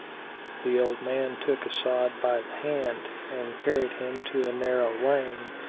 the old man took as'ad by the hand and carried him to a narrow lane,